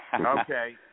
Okay